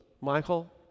Michael